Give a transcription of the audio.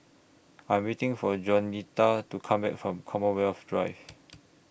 I'm waiting For Juanita to Come Back from Commonwealth Drive